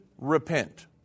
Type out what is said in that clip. repent